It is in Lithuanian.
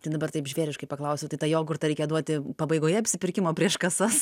tai dabar taip žvėriškai paklausiau tai tą jogurtą reikia duoti pabaigoje apsipirkimo prieš kasas